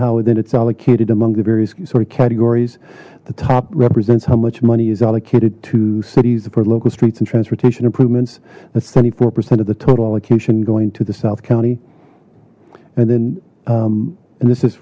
how then its allocated among the various q sort of categories the top represents how much money is allocated to cities for local streets and transportation improvements that's seventy four percent of the total allocation going to the south county and then and this is